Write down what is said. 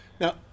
Now